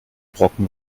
brocken